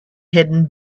hidden